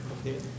Okay